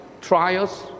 trials